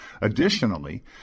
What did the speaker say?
Additionally